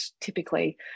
typically